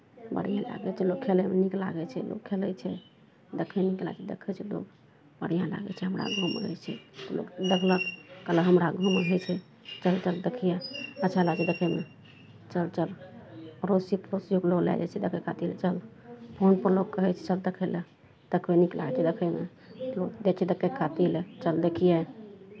बढ़िआँ लागै छै लोक खेलयमे नीक लागै छै लोक खेलै छै देखयमे नीक लागै छै देखै छै लोक बढ़िआँ लागै छै हमरा गाँवमे होइ छै लोक देखलक कहलक हमरा गाँवमे होइ छै चलू चलू देखिहेँ अच्छा लागै छै देखयमे चल चल अड़ोसिओ पड़ोसिओकेँ लोक लए जाइ छै देखय खातिर चल फोनपर लोक कहै छै चल देखय लए देखबै नीक लागै छै देखयमे लोक जाइ छै देखय खातिर लए चल देखिहेँ